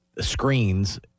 screens